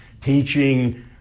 teaching